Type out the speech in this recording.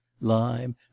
lime